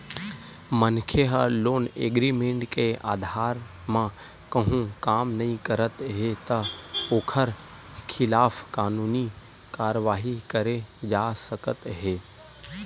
मनखे ह loan agreement के अधार म कहूँ काम नइ करत हे त ओखर खिलाफ कानूनी कारवाही करे जा सकत हे